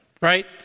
right